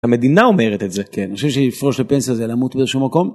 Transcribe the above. המדינה אומרת את זה כי היא חושבת שלפרוש לפנסיה זה למות באיזשהו מקום. כן.